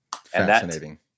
Fascinating